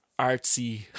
artsy